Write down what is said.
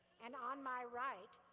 and on my right,